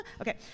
Okay